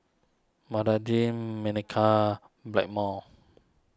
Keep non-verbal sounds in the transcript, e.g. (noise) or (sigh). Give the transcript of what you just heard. (unintelligible) Manicare Blackmores